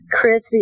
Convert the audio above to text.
Chris